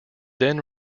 then